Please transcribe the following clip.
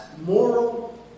moral